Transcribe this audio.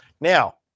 Now